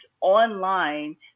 online